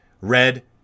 Red